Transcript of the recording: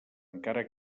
encara